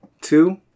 two